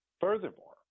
Furthermore